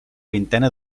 vintena